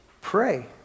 pray